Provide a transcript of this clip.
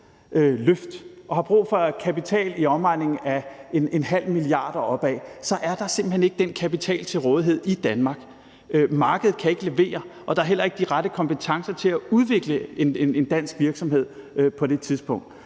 løft og har brug for kapital i omegnen af 0,5 mia. kr. og opad, så er der simpelt hen ikke den kapital til rådighed i Danmark. Markedet kan ikke levere, og der er heller ikke de rette kompetencer til at udvikle en dansk virksomhed på det tidspunkt.